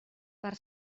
per